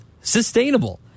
sustainable